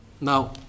Now